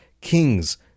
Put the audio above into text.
Kings